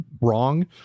wrong